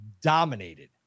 dominated